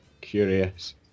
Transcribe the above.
curious